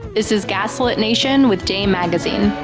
this is gaslit nation with dame magazine.